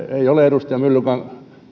ei ole edustaja myllykoski